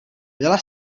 byla